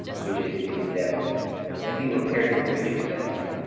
which is in the desert and he repaired the breaches thereof,